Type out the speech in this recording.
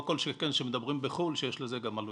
לא כל שכן שמדברים בחו"ל שיש לזה גם עלויות.